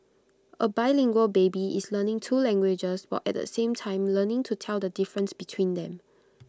A bilingual baby is learning two languages while at the same time learning to tell the difference between them